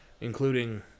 including